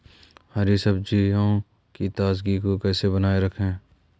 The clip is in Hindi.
हरी सब्जियों की ताजगी को कैसे बनाये रखें?